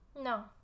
No